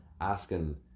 asking